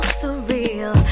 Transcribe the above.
surreal